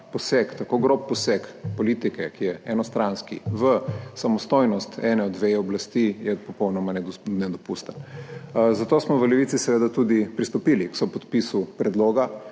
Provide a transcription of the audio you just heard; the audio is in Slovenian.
poseg, tako grob poseg politike, ki je enostranski, v samostojnost ene od vej oblasti popolnoma nedopusten. Zato smo v Levici seveda tudi pristopili k sopodpisu predloga